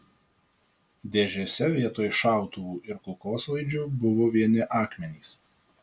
dėžėse vietoj šautuvų ir kulkosvaidžių buvo vieni akmenys